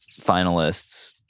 finalists